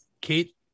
Kate